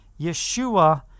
Yeshua